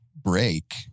break